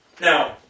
Now